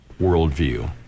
worldview